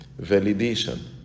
Validation